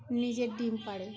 নিজের ডিম পাড়ে